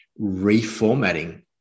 reformatting